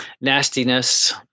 nastiness